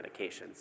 medications